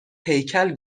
هیکل